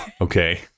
okay